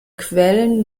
quellen